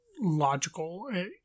logical